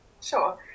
Sure